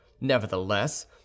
nevertheless